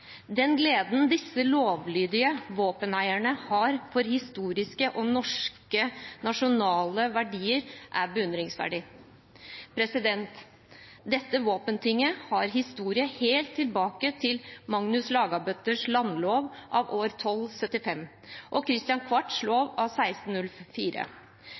Den gleden disse lovlydige våpeneierne har over historiske og norske nasjonale verdier, er beundringsverdig. Våpentinget har historie helt tilbake til Magnus Lagabøtes landlov av 1274 og Kristian IVs lov av 1604. Kristian